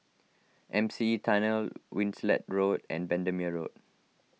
M C E Tunnel Winstedt Road and Bendemeer Road